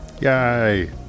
Yay